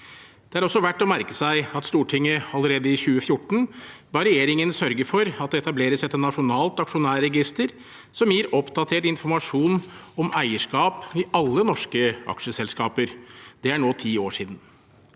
Det er også verdt å merke seg at Stortinget allerede i 2014 ba regjeringen sørge for at det etableres et nasjonalt aksjonærregister som gir oppdatert informasjon om eierskap i alle norske aksjeselskaper. Det er nå ti år siden.